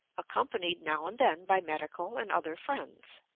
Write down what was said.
accompanied, now and then, by medical and other friends.